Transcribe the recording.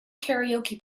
karaoke